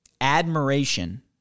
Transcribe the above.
admiration